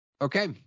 Okay